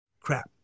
Crap